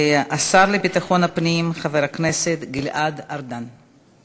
השר לביטחון פנים חבר הכנסת גלעד ארדן.